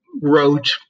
wrote